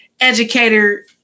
Educator